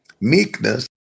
Meekness